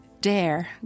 dare